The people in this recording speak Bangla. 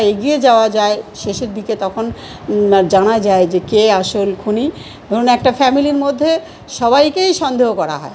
এগিয়ে যাওয়া যায় শেষের দিকে তখন জানা যায় যে কে আসল খুনি ধরুন একটা ফ্যামিলির মধ্যে সবাইকেই সন্দেহ করা হয়